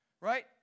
Right